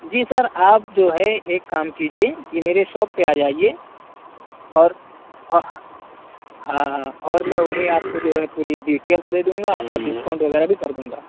جی sir آپ جو ہے ایک کام کیجیے کہ میرے شاپ پہ آجائیے اور اور ہاں ہاں اور میں وہیں آپ کو جو ہے پوری ڈیٹیلس دے دوں گا اور ڈسکاؤنٹ وغیرہ بھی کردوں گا